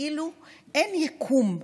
כאילו אין יקום,